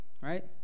right